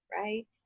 right